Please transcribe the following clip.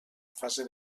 fase